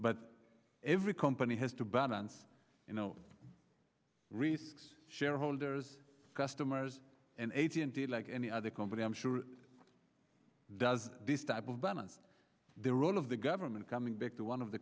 but every company has to balance you know risks shareholders customers and eighty and the like any other company i'm sure does this type of damage the role of the government coming back to one of the